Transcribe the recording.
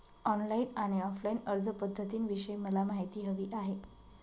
online आणि offline अर्जपध्दतींविषयी मला माहिती हवी आहे